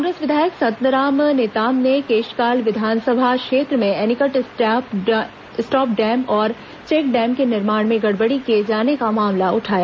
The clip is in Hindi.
कांग्रेस विधायक संतराम नेताम ने केशकाल विधानसभा क्षेत्र में एनीकट स्टाप डेम और चेक डेम के निर्माण में गड़बड़ी किए जाने का मामला उठाया